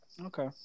Okay